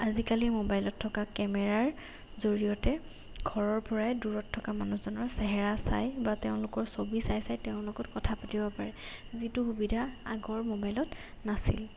আজিকালি মোবাইলত থকা কেমেৰাৰ জৰিয়তে ঘৰৰ পৰাই দূৰত থকা মানুহজনৰ চেহেৰা চাই বা তেওঁলোকৰ ছবি চাই চাই তেওঁলোকত কথা পাতিব পাৰে যিটো সুবিধা আগৰ মোবাইলত নাছিল